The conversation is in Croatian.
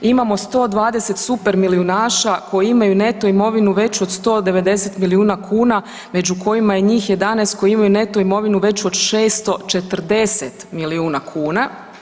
Imamo 120 supermilijunaša koji imaju neto imovinu veću od 190 milijuna kuna među kojima je njih 11 koji imaju neto imovinu veću od 640 milijuna kuna.